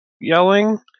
yelling